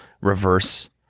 reverse